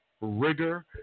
Rigor